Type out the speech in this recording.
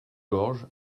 gorge